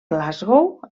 glasgow